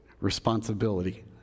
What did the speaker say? responsibility